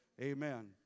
amen